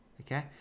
okay